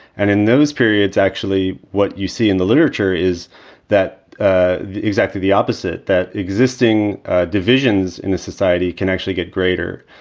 and in those periods, actually what you see in the literature is that ah exactly the opposite, that existing divisions in the society can actually get greater.